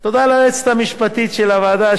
תודה ליועצת המשפטית של הוועדה,